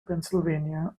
pennsylvania